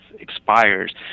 expires